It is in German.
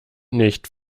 nicht